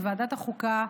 בוועדת החוקה,